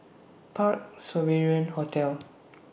Parc Sovereign Hotel